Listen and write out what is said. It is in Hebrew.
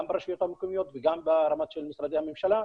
גם ברשויות המקומיות וגם ברמת משרדי הממשלה,